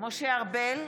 משה ארבל,